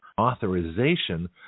authorization